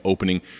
Opening